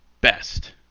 best